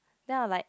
then I'll like